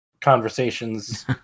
conversations